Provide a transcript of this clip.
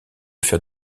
faire